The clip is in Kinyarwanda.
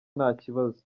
ntakibazo